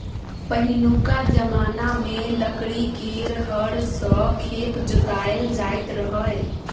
पहिनुका जमाना मे लकड़ी केर हर सँ खेत जोताएल जाइत रहय